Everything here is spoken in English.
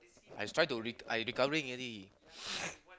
I try to I recovering already